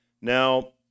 Now